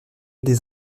des